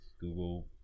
Google